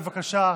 בבקשה.